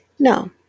No